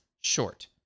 short